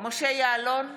משה יעלון,